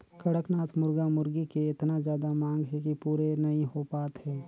कड़कनाथ मुरगा मुरगी के एतना जादा मांग हे कि पूरे नइ हो पात हे